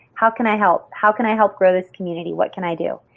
how can i help? how can i help grow this community? what can i do?